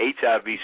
HIV